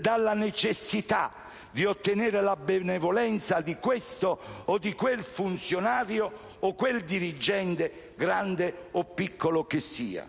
dalla necessità di ottenere la benevolenza di questo o di quel funzionario o dirigente, grande o piccolo che sia?